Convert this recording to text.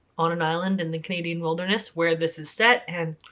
on an island in the canadian wilderness where this is set and,